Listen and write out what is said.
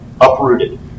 uprooted